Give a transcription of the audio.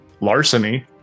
larceny